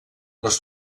les